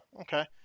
Okay